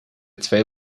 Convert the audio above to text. twee